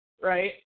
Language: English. right